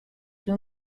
two